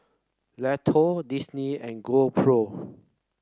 Lotto Disney and GoPro